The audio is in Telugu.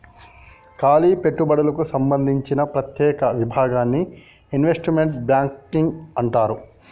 కాలి పెట్టుబడులకు సంబందించిన ప్రత్యేక విభాగాన్ని ఇన్వెస్ట్మెంట్ బ్యాంకింగ్ అంటారు